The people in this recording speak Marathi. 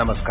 नमस्कार